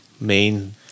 main